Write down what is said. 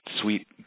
sweet